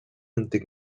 antic